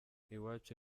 iwacu